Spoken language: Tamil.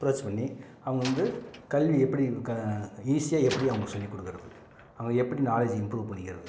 அப்ரோச் பண்ணி அவங்க வந்து கல்வி எப்படி க ஈஸியாக எப்படி அவங்களுக்கு சொல்லிக்கொடுக்குறது அவங்க எப்படி நாலேஜ் இம்ப்ரூவ் பண்ணிக்கிறது